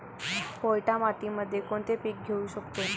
पोयटा मातीमध्ये कोणते पीक घेऊ शकतो?